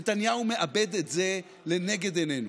נתניהו מאבד את זה לנגד עינינו.